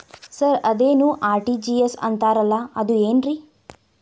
Sir ಅದೇನು RTGS ಅಂತಾರಲಾ ಅದು ಏನ್ರಿ?